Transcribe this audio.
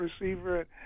receiver